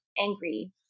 angry